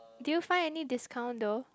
did you find any discount though